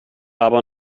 aber